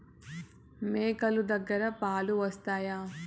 మేక లు దగ్గర పాలు వస్తాయా?